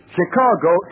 Chicago